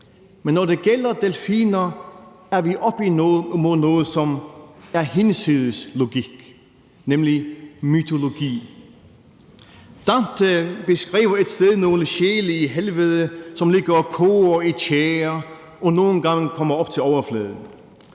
men når det gælder delfiner, er vi oppe imod noget, som er hinsides logik, nemlig mytologi. Dante beskriver et sted nogle sjæle i Helvede, som ligger og koger i tjære og nogle gange kommer op til overfladen.